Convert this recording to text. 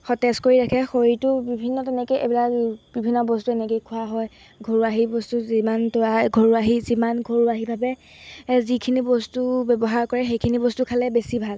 সতেজ কৰি ৰাখে শৰীৰটো বিভিন্ন তেনেকেই এইবিলাক বিভিন্ন বস্তু এনেকেই খোৱা হয় ঘৰুৱা বস্তু যিমান তৰা ঘৰুৱাহি যিমান ঘৰুৱীভাৱে যিখিনি বস্তু ব্যৱহাৰ কৰে সেইখিনি বস্তু খালে বেছি ভাল